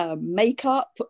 Makeup